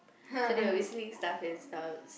so there were whistling stuff and sounds